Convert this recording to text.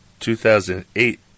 2008